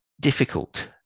difficult